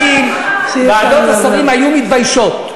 שרים, לוועדות שרים היה בושה,